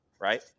right